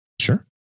Sure